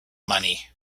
money